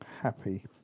happy